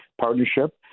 Partnership